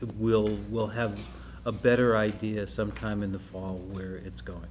will we'll have a better idea sometime in the fall where it's going